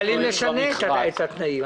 אבל אם נשנה את התנאים?